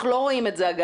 אנחנו לא רואים את זה.